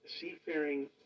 seafaring